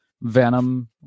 Venom